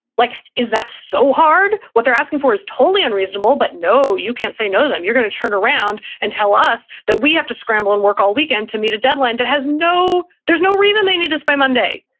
like is that so hard? what they're asking for is totally unreasonable, but no, you can't say no to them. you're going to turn around and tell us that we have to scramble and work all weekend to meet a deadline that has no, there's no reason they need this by monday,